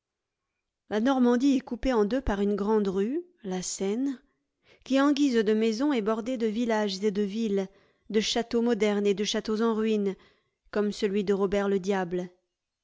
la normandie est coupée en deux par une grande rue la seine qui en guise de maisons est bordée de villages et de villes de châteaux modernes et de châteaux en ruines comme celui de robert le diable